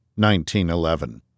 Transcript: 1911